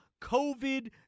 COVID